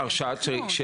הרשאה של שמירה?